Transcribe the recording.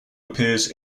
appears